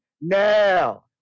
Now